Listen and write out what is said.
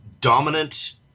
dominant –